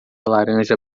laranja